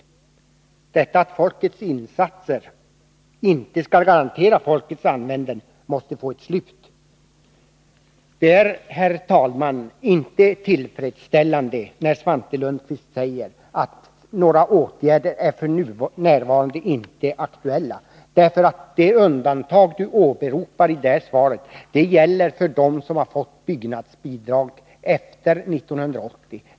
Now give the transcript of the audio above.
Det förhållandet att folkets insatser inte skall garantera folkets användande måste få ett slut. Det är, herr talman, inte tillfredsställande att Svante Lundkvist säger att några åtgärder f. n. inte är aktuella. Det undantag som åberopas i svaret gäller dem som har fått byggnadsbidrag efter 1980.